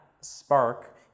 spark